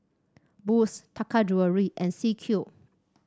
Boost Taka Jewelry and C Cube